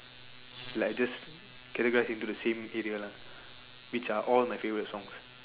like just categorised into the same area lah which are all my favourite songs